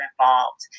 involved